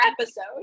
episode